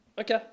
Okay